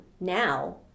now